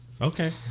okay